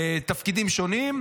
בתפקידים שונים.